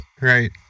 Right